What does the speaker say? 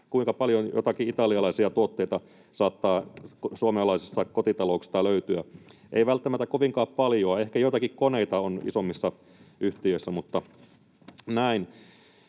kuinka paljon jotakin italialaisia tuotteita saattaa suomalaisista kotitalouksista löytyä? Ei välttämättä kovinkaan paljoa, ehkä joitain koneita on isommissa yhtiöissä.